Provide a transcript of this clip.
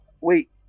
wait